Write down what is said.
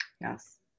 Yes